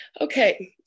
okay